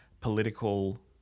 political